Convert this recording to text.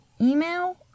email